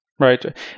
Right